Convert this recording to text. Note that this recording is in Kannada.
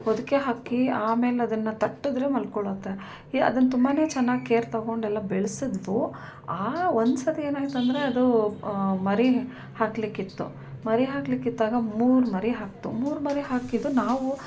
ಹೊದಿಕೆ ಹಾಕಿ ಆಮೇಲೆ ಅದನ್ನು ತಟ್ಟಿದ್ರೆ ಮಲ್ಕೊಳುತ್ತೆ ಅದನ್ನು ತುಂಬಾ ಚೆನ್ನಾಗ್ ಕೇರ್ ತೊಗೊಂಡೆಲ್ಲ ಬೆಳ್ಸಿದ್ವು ಆ ಒಂದುಸತಿ ಏನಾಯ್ತಂದರೆ ಅದು ಮರಿ ಹಾಕ್ಲಿಕ್ಕಿತ್ತು ಮರಿ ಹಾಕ್ಲಿಕ್ಕಿದ್ದಾಗ ಮೂರು ಮರಿ ಹಾಕಿತು ಮೂರು ಮರಿ ಹಾಕಿದ್ದು ನಾವು